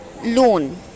loan